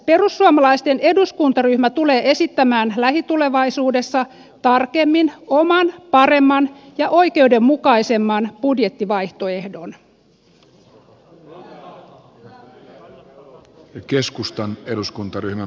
perussuomalaisten eduskuntaryhmä tulee esittämään lähitulevaisuudessa tarkemmin oman paremman ja oikeudenmukaisemman budjettivaihtoehtonsa